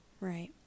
right